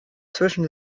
zwischen